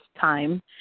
time